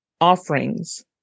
offerings